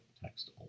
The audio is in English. text